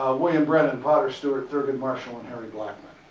william brennan, potter stewart, thurgood marshall, and harry blackmun.